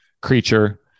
creature